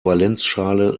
valenzschale